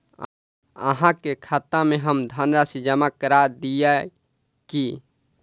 अहाँ के खाता में हम धनराशि जमा करा दिअ की?